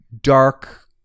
dark